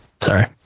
sorry